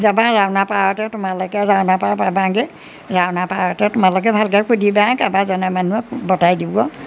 যাবা ৰাওনা পাৰাতে তোমালোকে ৰাওনা পাৰ পাবাংগে ৰাওনা পাৰাতে তোমালোকে ভালকৈ সুধিবা কাৰোবাৰ জনা মানুহক বটাই দিব